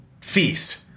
feast